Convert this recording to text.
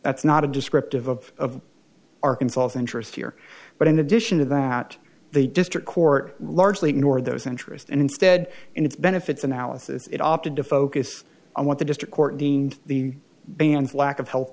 that's not a descriptive of arkansas interest here but in addition to that the district court largely ignored those interests and instead in its benefits analysis it opted to focus on what the district court deemed the band's lack of health